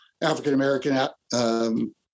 African-American